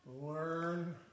learn